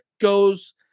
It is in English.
goes